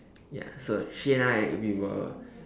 ya so she and I we were